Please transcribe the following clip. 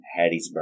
Hattiesburg